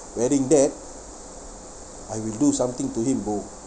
wearing that I will do something to him bro